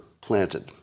planted